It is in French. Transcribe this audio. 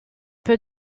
peu